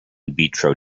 vitro